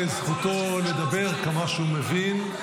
השר, זכותו לדבר כמה שהוא מבין.